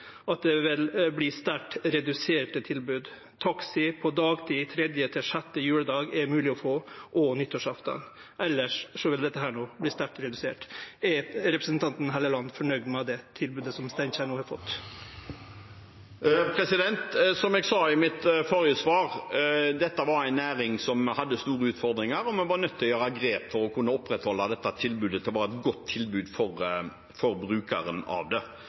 at det vil verte sterkt reduserte tilbod. Det er mogleg å få taxi på dagtid tredje til sjette juledag og nyttårsaftan. Elles vil dette tilbodet verte sterkt redusert. Er representanten Halleland fornøgd med det tilbodet? Som jeg sa i mitt forrige svar, var dette en næring som hadde store utfordringer. Vi var nødt til å ta grep for å kunne opprettholde et godt tilbud for brukerne av det.